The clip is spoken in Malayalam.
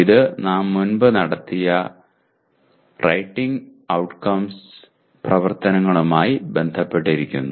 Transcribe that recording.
ഇത് നാം മുൻപ് നടത്തിയ റൈറ്റിംഗ് ഔട്ട്കംസ് പ്രവർത്തനങ്ങളുമായി ബന്ധപ്പെട്ടിരിക്കുന്നു